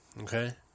okay